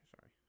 sorry